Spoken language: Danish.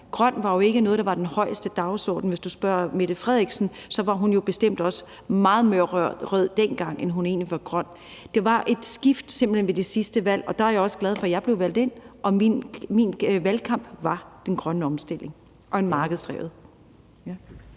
grønne var noget, der generelt var højest på dagsordenen. Hvis du spørger Mette Frederiksen, var hun jo dengang bestemt også meget mere rød, end hun egentlig var grøn, og der var simpelt hen et skift ved det sidste valg, og der er jeg også glad for, at jeg blev valgt ind, og min valgkamp handlede om den grønne omstilling og en markedsdrevet